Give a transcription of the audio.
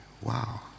Wow